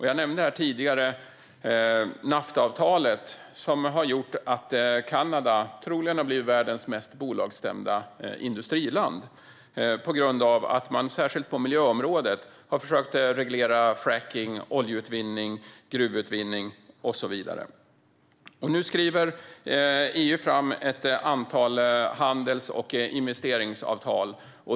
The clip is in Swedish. Jag nämnde tidigare Naftaavtalet, som har gjort att Kanada troligen har blivit världens mest bolagsstämda industriland på grund av att det särskilt på miljöområdet har försökt reglera frackning, oljeutvinning, gruvutvinning och så vidare. Nu skriver EU fram ett antal handels och investeringsavtal.